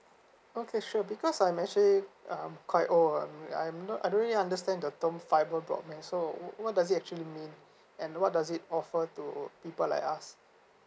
okay sure because I'm actually um quite old um I'm not I don't really understand the term fiber broadband so what does it actually mean and what does it offer to people like us